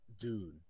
Dude